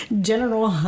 general